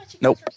Nope